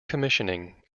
commissioning